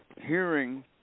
hearing